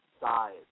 size